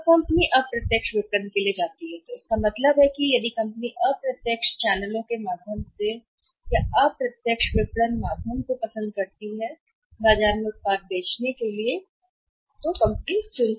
अब कंपनी अप्रत्यक्ष विपणन के लिए जाती है इसका मतलब है कि यदि कंपनी अप्रत्यक्ष चैनलों के माध्यम से या अप्रत्यक्ष रूप से बाजार में उत्पाद बेचने के लिए पसंद करती है विपणन माध्यम